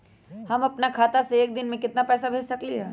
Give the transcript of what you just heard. हम अपना खाता से एक दिन में केतना पैसा भेज सकेली?